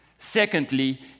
Secondly